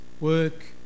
Work